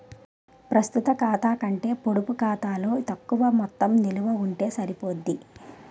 ప్రస్తుత ఖాతా కంటే పొడుపు ఖాతాలో తక్కువ మొత్తం నిలవ ఉంటే సరిపోద్ది